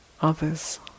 others